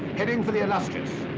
heading for the illustrious.